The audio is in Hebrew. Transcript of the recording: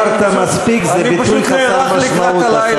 "דיברת מספיק" זה ביטוי חסר משמעות,